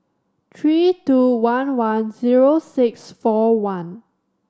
three two one one zero six four one